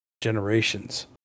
generations